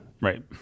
Right